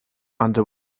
under